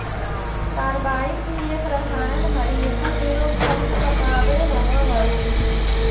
carbide भी एक रसायन हई एकर प्रयोग फल के पकावे होवऽ हई